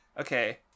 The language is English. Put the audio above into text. Okay